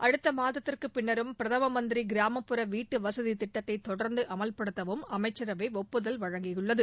அடுத்த மாதத்திற்குப் பின்னரும் பிரதம மந்திரி கிராமப்புற வீட்டு வசதித் திட்டத்தை தொடர்ந்து அமல்படுத்தவும் அமைச்சரவை ஒப்புதல் வழங்கியுள்ளது